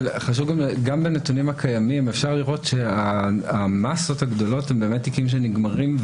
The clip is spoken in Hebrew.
גם בנתונים הקיימים אפשר לראות שהמסות הגדולות הן באמת תיקים שנגמרים.